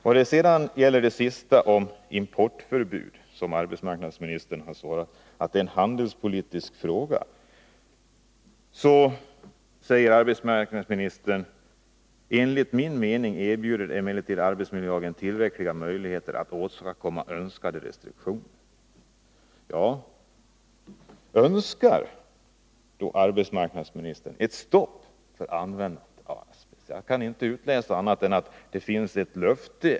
När det sedan gäller importförbud för asbest säger arbetsmarknadsministern i sitt svar att det är en handelspolitisk fråga, och vidare säger han: ”Enligt min mening erbjuder emellertid arbetsmiljölagen tillräckliga möjligheter att åstadkomma önskade restriktioner.” Önskar arbetsmarknadsministern ett stopp för användning av asbest? Jag kan inte förstå annat än att det i svaret ligger ett löfte.